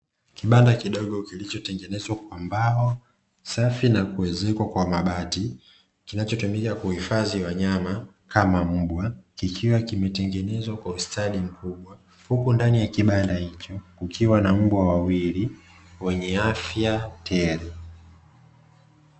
Kibanda kidogo kilichotengenezwa kwa mbao safi na kuezekwa kwa mabati kinachotumika kuhifadhi wanyama kama mbwa, kikiwa kimetengenezwa kwa ustadi mkubwa huku ndani ya kibanda hicho kukiwa na mbwa wawili wenye afya tele.